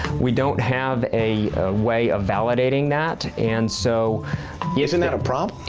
we don't have a way of validating that and so isn't that a problem?